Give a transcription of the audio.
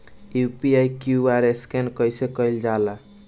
UPI QR scan कइसे कईल जा ला?